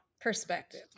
perspective